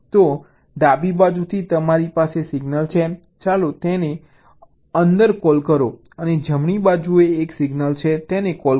તો ડાબી બાજુથી તમારી પાસે સિગ્નલ છે ચાલો તેને અંદર કૉલ કરો અને જમણી બાજુએ એક સિગ્નલ છે તેને કૉલ કરો